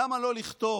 למה לא לכתוב,